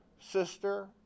sister